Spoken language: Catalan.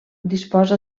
disposa